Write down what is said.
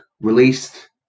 released